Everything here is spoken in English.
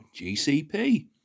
GCP